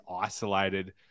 isolated